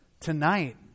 tonight